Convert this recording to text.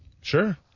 sure